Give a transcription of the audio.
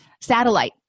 satellite